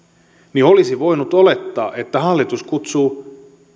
niin olisi voinut olettaa että hallitus